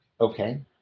Okay